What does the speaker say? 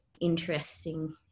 interesting